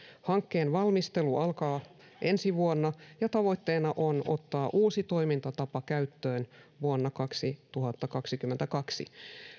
hankkeen valmistelu alkaa ensi vuonna ja tavoitteena on ottaa uusi toimintatapa käyttöön vuonna kaksituhattakaksikymmentäkaksi